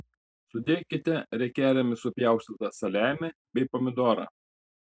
sudėkite riekelėmis supjaustytą saliamį bei pomidorą